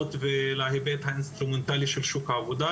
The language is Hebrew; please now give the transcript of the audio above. ולהיבט האינסטרומנטלי של שוק העבודה,